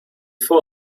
four